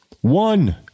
One